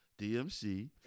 DMC